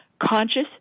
conscious